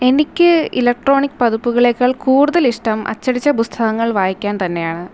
എനിക്ക് ഇലക്ട്രോണിക് പതിപ്പുകളേക്കാൾ കൂടുതലിഷ്ടം അച്ചടിച്ച പുസ്തകങ്ങൾ വായിക്കാൻ തന്നെയാണ്